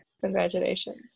Congratulations